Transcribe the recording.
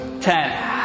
Ten